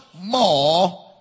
more